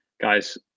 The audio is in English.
guys